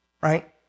right